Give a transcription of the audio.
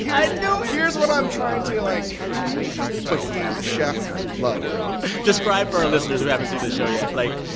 yeah you know here's what i'm trying to, like but he, the chef, loved it describe for our listeners who haven't seen the show yet. like,